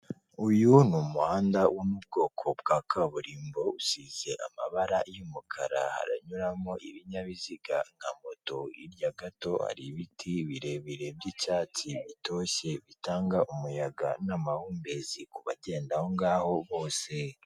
Uyu ni umuhanda wo mu bwoko bwa kaburimbo, usize amabara y'umukarara, haranyuramo ibinyabiziga nka moto, hirya gato hari ibiti birebire by'icyatsi, bitoshye bitanga umuyaga n'amahumbezi kubagenda aho ngaho bose.